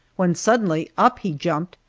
when suddenly up he jumped,